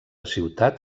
ciutat